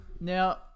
Now